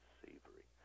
savory